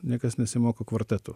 niekas nesimoko kvartetų